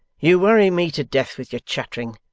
you worry me to death with your chattering.